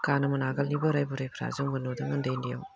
गानोमोन आगोलनि बोराइ बोराइफ्रा जों नुदों उन्दै उन्दैआव